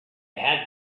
had